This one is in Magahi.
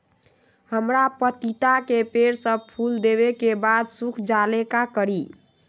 हमरा पतिता के पेड़ सब फुल देबे के बाद सुख जाले का करी?